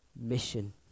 mission